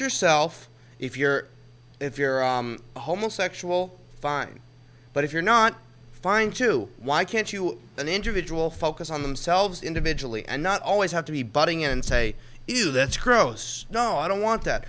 yourself if you're if you're a homosexual fine but if you're not fine to why can't you an individual focus on themselves individually and not always have to be butting in and say if that's gross no i don't want that